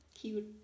cute